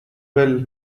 well